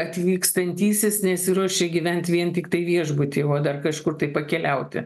atvykstantysis nesiruošia gyvent vien tiktai viešbuty o dar kažkur tai pakeliauti